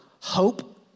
hope